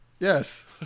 Yes